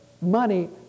money